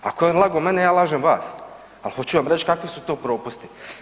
Ako je on lago mene, ja lažem vas, al hoću vam reć kakvi su to propusti.